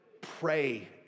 pray